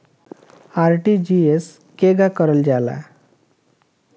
RTGS केगा करलऽ जाला?